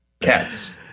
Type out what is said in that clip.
cats